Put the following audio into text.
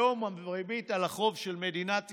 היום הריבית על החוב של מדינת ישראל,